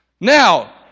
Now